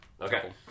Okay